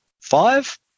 five